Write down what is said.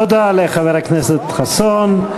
תודה לחבר הכנסת חסון.